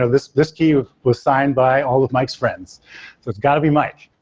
ah this this key was signed by all of mike's friends, so it's got to be mike.